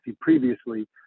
previously